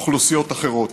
אוכלוסיות אחרות.